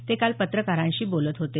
ते काल पत्रकारांशी बोलत होते